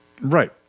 Right